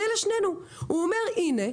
הוא אומר: הנה,